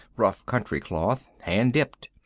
rough country cloth, hand dipped.